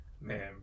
Man